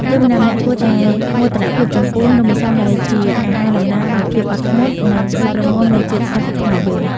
យើងម្នាក់ៗគួរតែមោទនៈចំពោះនំអន្សមដែលជាអាហារតំណាងឱ្យភាពអត់ធន់ និង ភាពរឹងមាំនៃជាតិសាសន៍ខ្មែរយើង។